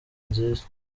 nziza